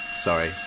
Sorry